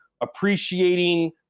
appreciating